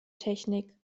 technik